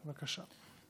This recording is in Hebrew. בבקשה.